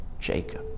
Jacob